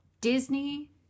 Disney